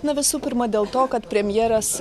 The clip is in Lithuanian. na visų pirma dėl to kad premjeras